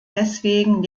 deswegen